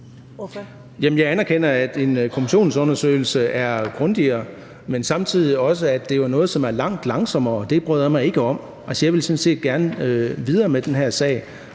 jeg anerkender, at en kommissionsundersøgelse er grundigere, men samtidig også noget, som er langt langsommere, og det bryder jeg mig ikke om. Altså, jeg vil sådan set gerne videre med den her sag,